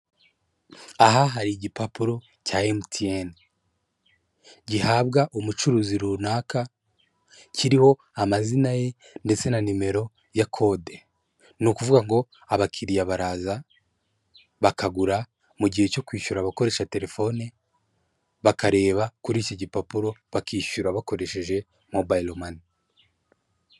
Aha hari igipapuro cya MTN, gihabwa umucuruzi runaka, kiriho amazina ye ndetse na nimero ya kode, ni ukuvuga ngo abakiriya baraza bakagura, mu gihe cyo kwishyura abakoresha telefone bakareba kuri iki gipapuro bakishyura bakoresheje mobiro mani.